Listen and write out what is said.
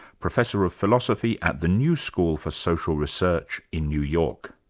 professor of philosophy at the new school for social research in new york.